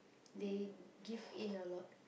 they give in a lot